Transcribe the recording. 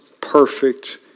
perfect